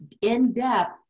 in-depth